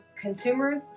consumers